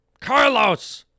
Carlos